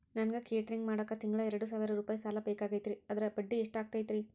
ನನಗ ಕೇಟರಿಂಗ್ ಮಾಡಾಕ್ ತಿಂಗಳಾ ಎರಡು ಸಾವಿರ ರೂಪಾಯಿ ಸಾಲ ಬೇಕಾಗೈತರಿ ಅದರ ಬಡ್ಡಿ ಎಷ್ಟ ಆಗತೈತ್ರಿ?